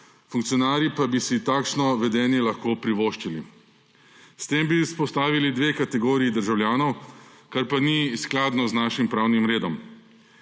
funkcionarji pa bi si takšno vedenje lahko privoščili. S tem bi vzpostavili dve kategoriji državljanov, kar pa ni skladno z našim pravnim redom.